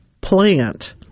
plant